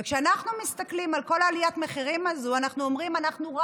וכשאנחנו מסתכלים על כל עליית המחירים הזו אנחנו אומרים שאנחנו,